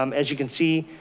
um as you can see,